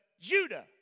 Judah